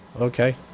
okay